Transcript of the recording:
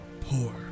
poor